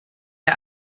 der